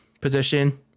position